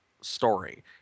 story